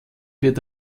wird